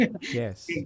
Yes